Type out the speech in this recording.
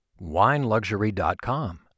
WineLuxury.com